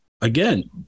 again